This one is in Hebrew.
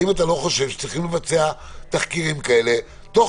האם אתה לא חושב שצריכים לבצע תחקירים כאלה תוך